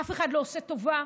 אף אחד לא עושה טובה.